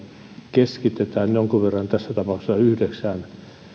keskitetään jonkin verran tässä tapauksessa yhdeksään